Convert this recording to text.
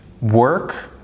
work